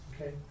Okay